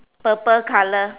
purple color